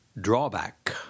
Drawback